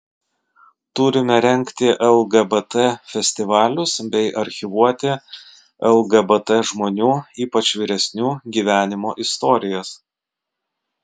turime rengti lgbt festivalius bei archyvuoti lgbt žmonių ypač vyresnių gyvenimo istorijas